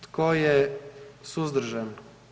Tko je suzdržan?